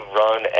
run